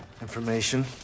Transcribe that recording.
Information